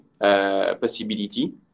possibility